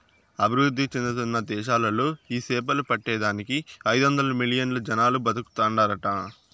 అభివృద్ధి చెందుతున్న దేశాలలో ఈ సేపలు పట్టే దానికి ఐదొందలు మిలియన్లు జనాలు బతుకుతాండారట